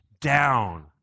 down